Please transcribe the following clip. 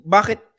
Bakit